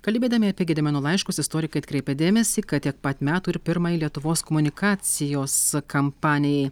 kalbėdami apie gedimino laiškus istorikai atkreipia dėmesį kad tiek pat metų ir pirmajai lietuvos komunikacijos kampanijai